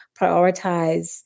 prioritize